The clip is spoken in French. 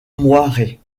moiré